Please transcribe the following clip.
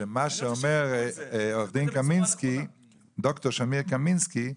שמה שאומר ד"ר שמיר קמינסקי,